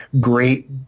great